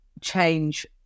change